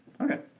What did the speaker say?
Okay